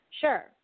Sure